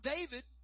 David